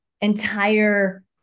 entire